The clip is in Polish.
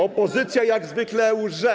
Opozycja jak zwykle łże.